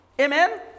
amen